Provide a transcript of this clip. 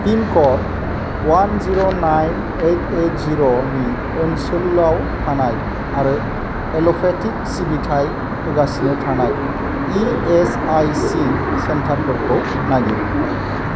पिनक'ड one zero nine eight eight जिर'नि ओनसोलाव थानाय आरो एल'पेथि सिबिथाय होगासिनो थानाय इ एस आइ सि सेन्टारफोरखौ नागिर